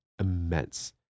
immense